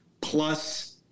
plus